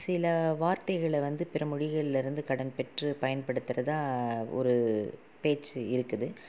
சில வார்த்தைகளை வந்து பிற மொழிகளில் இருந்து கடன் பெற்று பயன்படுத்துகிறதா ஒரு பேச்சு இருக்குது